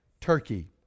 Turkey